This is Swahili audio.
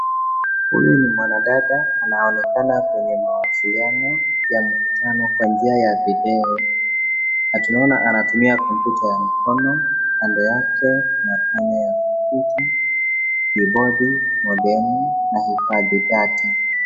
Huyu ni mwanadada anaonekana kwenye mawasiliano ya mkutano kwa njia ya video. Na tunaona anatumia kompyuta ya mkono kando yake na panya ya kompyuta, kibodi, modemu na hifadhi data.